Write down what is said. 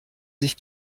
sich